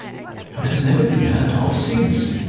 and has never been heard of since.